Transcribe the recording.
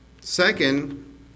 Second